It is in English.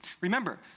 Remember